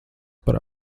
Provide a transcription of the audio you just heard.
par